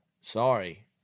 sorry